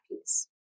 piece